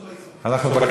הסוד הוא באיזון.